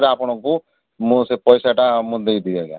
ଆପଣଙ୍କୁ ମୁଁ ସେ ପଇସାଟା ମୁଁ ଦେଇଦେବି ଆଜ୍ଞା